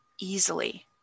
easily